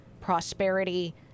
prosperity